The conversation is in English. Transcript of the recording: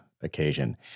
occasion